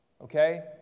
Okay